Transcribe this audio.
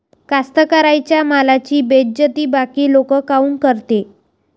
कास्तकाराइच्या मालाची बेइज्जती बाकी लोक काऊन करते?